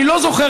אני לא זוכר,